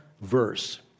verse